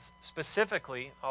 specifically